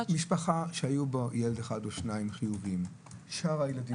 משפחה שהיה בה ילד אחד או שני ילדים חיוביים שאר הילדים לא.